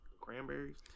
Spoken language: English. Cranberries